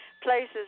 places